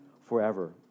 forever